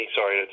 Sorry